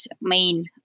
main